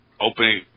opening